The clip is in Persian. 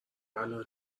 الان